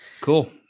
Cool